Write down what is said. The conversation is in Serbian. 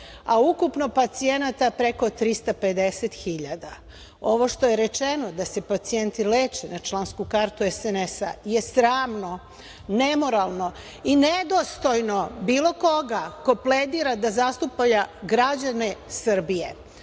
a ukupno pacijenata preko 350.000. Ovo što je rečeno da se pacijenti leče na člansku kartu SNS je sramno, nemoralno i nedostojno bilo koga ko pledira da zastupa građane Srbije. Dobro